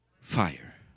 fire